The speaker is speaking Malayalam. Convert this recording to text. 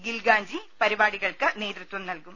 ഗിൽഗാഞ്ചി പരി പാടികൾക്ക് നേതൃത്വം നൽകും